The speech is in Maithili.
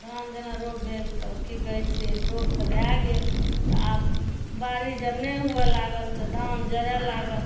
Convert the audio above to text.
धान जेना रोप भेल तभ की कहै छियै रोप तऽ भए गेल तऽ आब बारिश जभ नहि हुए लागल तऽ धान जड़ै लागल